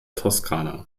toskana